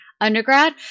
undergrad